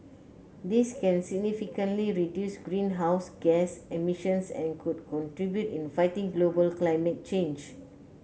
this can significantly reduce greenhouse gas emissions and could contribute in fighting global climate change